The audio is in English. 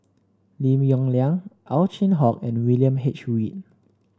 Lim Yong Liang Ow Chin Hock and William H Read